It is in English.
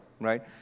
right